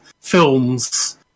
films